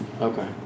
Okay